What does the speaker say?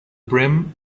brim